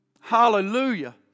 Hallelujah